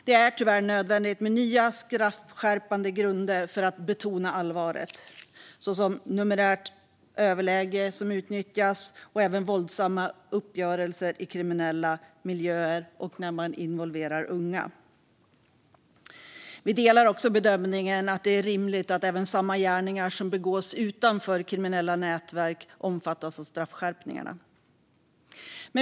Det är tyvärr nödvändigt med nya straffskärpande grunder för att betona allvaret, till exempel när numerärt överläge utnyttjas, vid våldsamma uppgörelser i kriminella miljöer och när man involverar unga. Vi delar bedömningen att det är rimligt att samma gärningar som begås utanför kriminella nätverk också omfattas av straffskärpningarna.